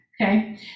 okay